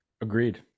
Agreed